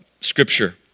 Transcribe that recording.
scripture